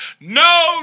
No